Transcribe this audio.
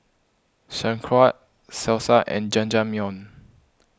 Sauerkraut Salsa and Jajangmyeon